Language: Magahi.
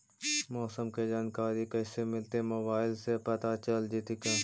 मौसम के जानकारी कैसे मिलतै मोबाईल से पता चल जितै का?